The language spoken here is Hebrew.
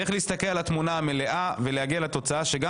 צריך להסתכל על התמונה המלאה ולהגיע לתוצאה שגם